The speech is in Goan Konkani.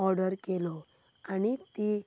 ओर्डर केलो आनी ती